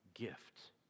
gift